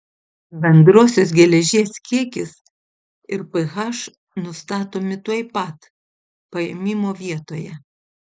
bendrosios geležies kiekis ir ph nustatomi tuoj pat paėmimo vietoje